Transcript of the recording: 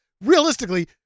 realistically